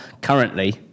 currently